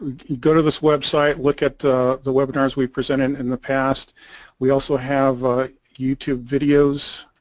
go to this website look at the webinars we presented in the past we also have ah youtube videos